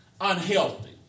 unhealthy